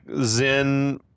zen